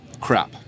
crap